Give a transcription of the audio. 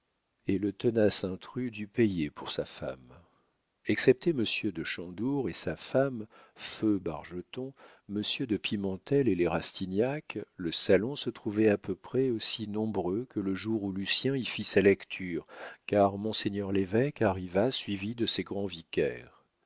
et le tenace intrus dut payer pour sa femme excepté monsieur de chandour et sa femme feu bargeton monsieur de pimentel et les rastignac le salon se trouvait à peu près aussi nombreux que le jour où lucien y fit sa lecture car monseigneur l'évêque arriva suivi de ses grands vicaires